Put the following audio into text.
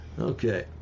okay